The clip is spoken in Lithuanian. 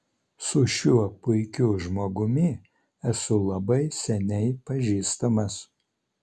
su šiuo puikiu žmogumi esu labai seniai pažįstamas